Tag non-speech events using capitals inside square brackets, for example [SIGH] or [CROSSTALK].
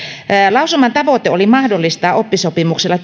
lausuman tavoite oli mahdollistaa oppisopimuksella [UNINTELLIGIBLE]